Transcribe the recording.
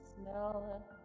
smell